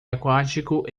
aquático